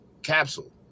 Capsule